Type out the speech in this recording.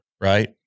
right